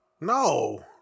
No